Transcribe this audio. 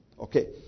Okay